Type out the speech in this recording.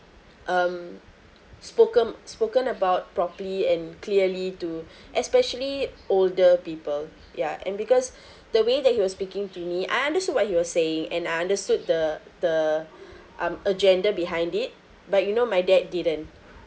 um spoken spoken about properly and clearly to especially older people ya and because the way that he was speaking to me I understood what he was saying and I understood the the um agenda behind it but you know my dad didn't